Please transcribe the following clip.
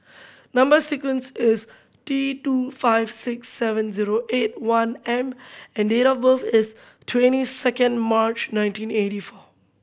number sequence is T two five six seven zero eight one M and date of birth is twenty second March nineteen eighty four